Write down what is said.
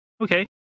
Okay